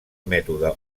mètode